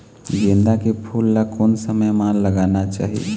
गेंदा के फूल ला कोन समय मा लगाना चाही?